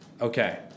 Okay